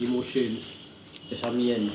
emotions macam suami kan